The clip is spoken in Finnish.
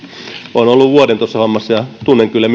olen ollut vuoden tuossa hommassa ja tiedän kyllä